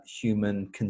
human